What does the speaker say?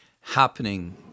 happening